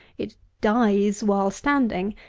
it dies while standing,